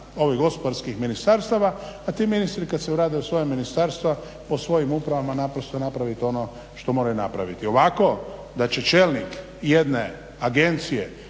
ovih gospodarskih ministarstava. A ti ministri kada se vrate u svoja ministarstva po svojim upravama napraviti ono što moraju napraviti. Ovako da će čelnik jedne agencije